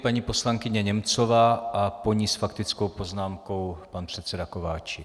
Paní poslankyně Němcová a po ní s faktickou poznámkou pan předseda Kováčik.